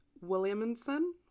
williamson